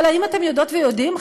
אבל האם אתם יודעות ויודעים,